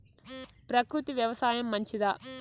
ప్రకృతి వ్యవసాయం మంచిదా?